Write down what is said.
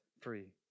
free